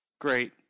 great